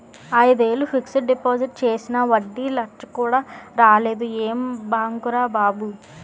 ఐదేళ్ళు fixed deposit చేసినా వడ్డీ లచ్చ కూడా రాలేదు ఏం బాంకురా బాబూ